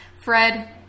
Fred